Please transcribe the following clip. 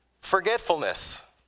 forgetfulness